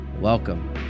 Welcome